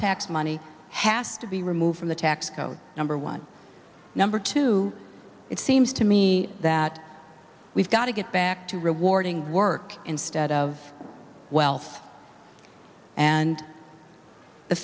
tax money has to be removed from the tax code number one number two it seems to me that we've got to get back to rewarding work instead of wealth and the